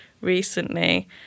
recently